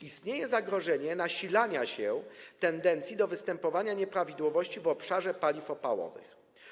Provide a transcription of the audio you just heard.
Istnieje zagrożenie nasilania się tendencji do występowania nieprawidłowości w obszarze paliw opałowych.